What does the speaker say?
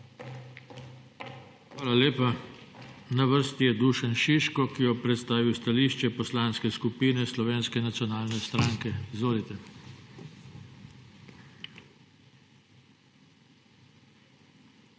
Hvala lepa. Na vrsti je Dušan Šiško, ki bo predstavil stališče Poslanske skupine Slovenske nacionalne stranke. Izvolite.